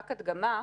רק הדגמה.